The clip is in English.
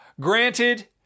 Granted